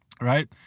right